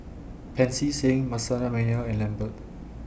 Pancy Seng Manasseh Meyer and Lambert